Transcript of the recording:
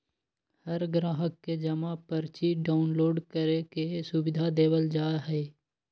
हर ग्राहक के जमा पर्ची डाउनलोड करे के सुविधा देवल जा हई